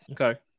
Okay